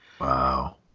Wow